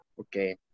Okay